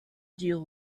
deal